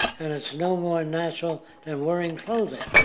and it's no more natural than wearing clothing.